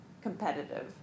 competitive